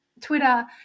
Twitter